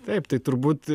taip tai turbūt